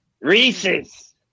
Reese's